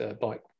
bike